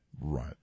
right